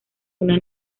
una